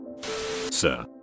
Sir